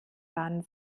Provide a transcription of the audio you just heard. waren